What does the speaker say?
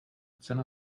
cena